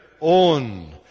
own